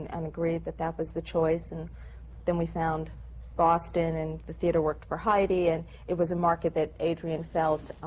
and agreed that that was the choice. and then we found boston and the theatre worked for heidi and it was a market that adrian felt